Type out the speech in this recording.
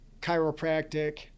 chiropractic